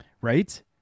Right